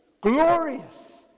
glorious